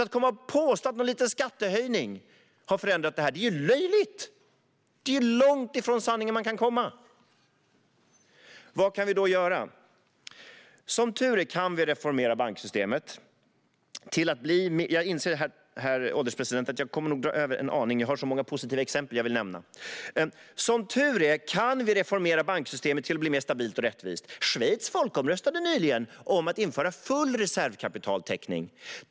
Att påstå att någon liten skattehöjning har förändrat detta är löjligt. Det är så långt ifrån sanningen man kan komma. Vad kan vi då göra? Jag inser, herr ålderspresident, att jag nog kommer att dra över min talartid en aning. Det är så många positiva exempel jag vill nämna. Som tur är kan vi reformera banksystemet till att bli mer stabilt och rättvist. Schweiz folkomröstade nyligen om att införa full reservkapitaltäckning.